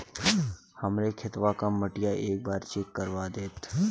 हमरे खेतवा क मटीया एक बार चेक करवा देत?